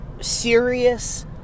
serious